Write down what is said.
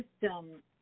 system